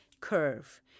curve